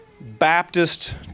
Baptist